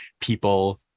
people